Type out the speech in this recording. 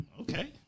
okay